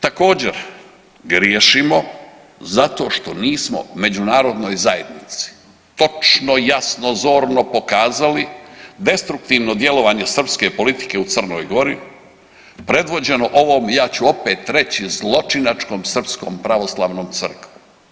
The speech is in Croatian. Također griješimo zato što nismo međunarodnoj zajednici točno i jasno, zorno pokazali destruktivno djelovanje srpske politike u Crnoj Gori predvođeno ovom ja ću opet reći zločinačkom Srpskom pravoslavnom crkvom.